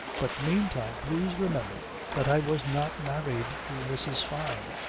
but meantime please remember that i was not married to mrs. fyne.